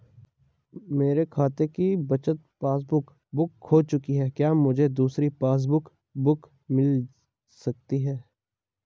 मेरे खाते की बचत पासबुक बुक खो चुकी है क्या मुझे दूसरी पासबुक बुक मिल सकती है?